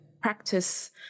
practice